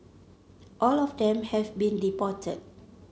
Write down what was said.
all of them have been deported